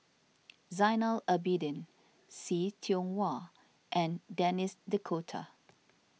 Zainal Abidin See Tiong Wah and Denis D'Cotta